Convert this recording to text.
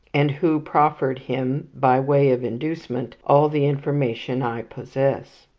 and who proffered him, by way of inducement, all the information i possess.